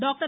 doctor